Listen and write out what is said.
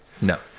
no